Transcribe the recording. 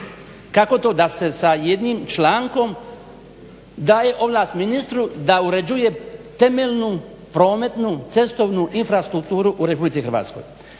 Kako to da se sa jednim člankom daje ovlast ministru da uređuje temeljnu prometnu cestovnu infrastrukturu u RH? Umjesto